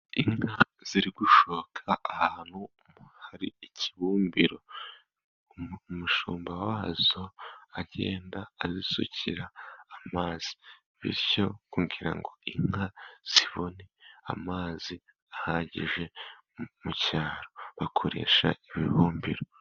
Inka ziri gushoka ahantu hari ikibumbiro, umushumba wazo agenda azisukira amazi bityo, kugira ngo inka zibone amazi ahagije, mu cyaro bakoresha ibibumbiro.